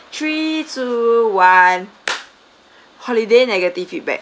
three two one holiday negative feedback